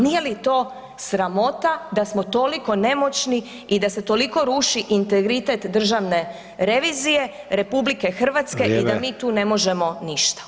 Nije li to sramota da smo toliko nemoćni i da se toliko ruši integritet Državne revizije RH i da mi tu ne možemo ništa.